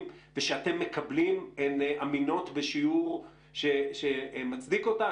ושאתם מקבלים הן אמינות בשיעור שמצדיק אותן?